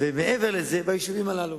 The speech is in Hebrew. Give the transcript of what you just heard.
ומעבר לזה ביישובים הללו.